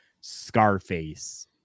Scarface